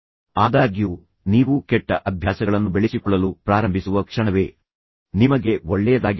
ಆದಾಗ್ಯೂ ನೀವು ಕೆಟ್ಟ ಅಭ್ಯಾಸಗಳನ್ನು ಬೆಳೆಸಿಕೊಳ್ಳಲು ಪ್ರಾರಂಭಿಸುವ ಕ್ಷಣವೇ ನಿಮಗೆ ಒಳ್ಳೆಯದಾಗಿರಬಹುದು